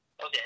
Okay